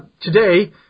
today